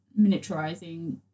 miniaturizing